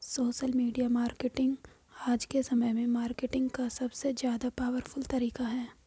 social media marketing आज के समय में मार्केटिंग का सबसे ज्यादा पॉवरफुल तरीका है